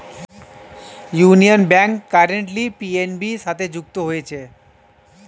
union Bank currently PNB সাথে যুক্ত হয়েছে